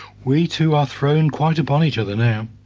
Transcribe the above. we two are thrown quite upon each other now.